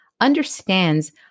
understands